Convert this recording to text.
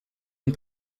and